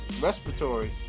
respiratory